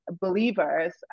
believers